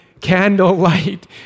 Candlelight